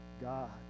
God